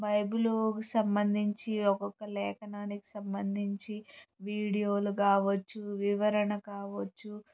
Bible సంబంధించి ఒక్కొక్క లేఖనానికి సంబంధించి వీడియోలు కావచ్చు వివరణ కావచ్చు